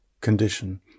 condition